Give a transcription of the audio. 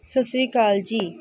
ਸਤਿ ਸ਼੍ਰੀ ਅਕਾਲ ਜੀ